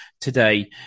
today